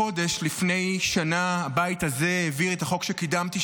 החודש לפני שנה הבית הזה העביר את החוק שקידמתי,